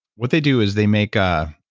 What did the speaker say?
what they do is they make a